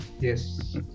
Yes